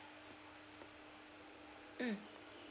mm